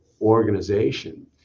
organization